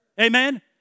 Amen